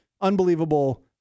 unbelievable